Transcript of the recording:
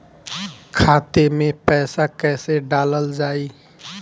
खाते मे पैसा कैसे डालल जाई?